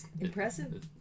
impressive